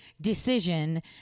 decision